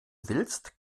willst